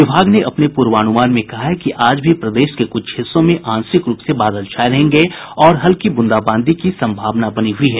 विभाग ने अपने पूर्वानुमान में कहा है कि आज भी प्रदेश के कुछ हिस्सों में आंशिक रूप से बादल छाये रहेंगे और हल्की ब्रंदाबांदी की संभावना बनी हुयी है